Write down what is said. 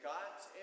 God's